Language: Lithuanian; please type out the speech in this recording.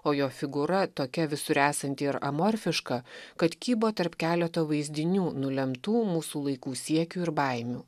o jo figūra tokia visur esanti ir amorfiška kad kybo tarp keleto vaizdinių nulemtų mūsų laikų siekių ir baimių